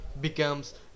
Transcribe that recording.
becomes